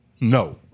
no